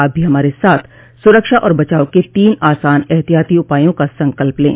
आप भी हमारे साथ सुरक्षा और बचाव के तीन आसान एहतियाती उपायों का संकल्प लें